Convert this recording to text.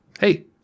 Hey